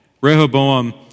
Rehoboam